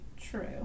True